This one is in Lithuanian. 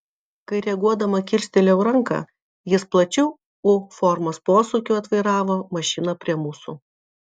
kai reaguodama kilstelėjau ranką jis plačiu u formos posūkiu atvairavo mašiną prie mūsų